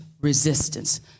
resistance